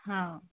हो